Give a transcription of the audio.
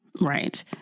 Right